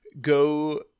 go